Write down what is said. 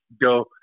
go –